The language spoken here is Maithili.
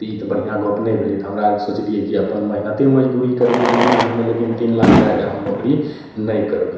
इ तऽ बढ़ियाँ गप नै भेलै हमरा अर के सोचलियै कि अपन मेहनते मजदूरी करबै गामे घर मे लेकिन तीन लाख दए कऽ हम नौकरी नहि करबै